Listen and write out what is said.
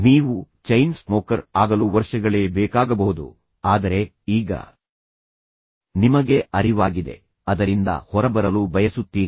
ನೀವು chain smoker ಆಗಲು ವರ್ಷಗಳೇ ಬೇಕಾಗಬಹುದು ಆದರೆ ಈಗ ನಿಮಗೆ ಅರಿವಾಗಿದೆ ಅದು ನಿಮ್ಮನ್ನು ಗುಲಾಮರನ್ನಾಗಿ ಮಾಡಿದ ಸರಪಳಿಯಾಗಿ ಮಾರ್ಪಟ್ಟಿದೆ ಮತ್ತು ನಂತರ ನೀವು ಅದರಿಂದ ಹೊರಬರಲು ಬಯಸುತ್ತೀರಿ ಅಂದರೆ ಪ್ರಾರಂಭಿಸಿದ ರೀತಿಯಲ್ಲಿ ಸಣ್ಣ ಪ್ರಮಾಣದಲ್ಲಿ ಹೊರಬರಲು ಬಯಸುತ್ತೀರಿ